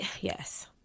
Yes